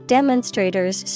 Demonstrators